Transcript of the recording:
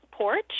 Porch